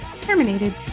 terminated